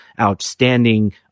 outstanding